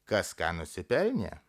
kas ką nusipelnė